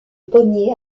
pommier